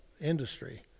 industry